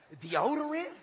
deodorant